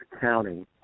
County